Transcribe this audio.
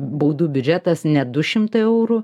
baudų biudžetas ne du šimtai eurų